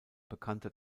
bekannter